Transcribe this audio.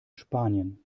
spanien